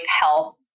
health